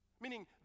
Meaning